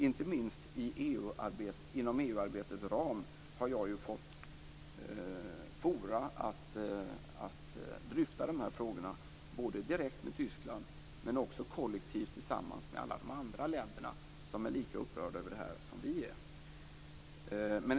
Inte minst inom EU-arbetets ram har jag fått olika forum att dryfta de här frågorna, både direkt med Tyskland och kollektivt tillsammans med alla andra länder som är lika upprörda över det här som vi är.